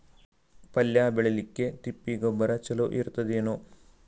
ಪಲ್ಯ ಬೇಳಿಲಿಕ್ಕೆ ತಿಪ್ಪಿ ಗೊಬ್ಬರ ಚಲೋ ಇರತದೇನು?